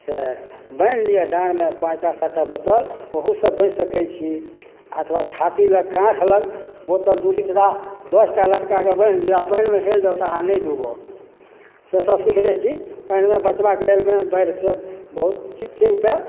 से बान्हि लियऽ डाँरमे पाँच टा सात टा बोतल ओहू सभ बचि सकैत छी अथवा छाती लग काँख लग बोतल दू लीटरा दसटा लटकाके बान्हि लियऽ आ पानिमे हेल जाउ तऽ अहाँ नहि डुबब से सब सिखने छी पानिमे बचबाक लेलमे बाढ़िसँ बहुत चीज छै उपाय